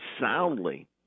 soundly